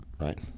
Right